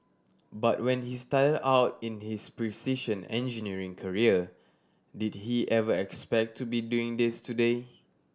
but when he started out in his precision engineering career did he ever expect to be doing this today